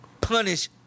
punish